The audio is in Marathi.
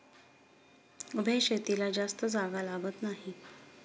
उभ्या शेतीला जास्त जागा लागत नाही